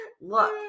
look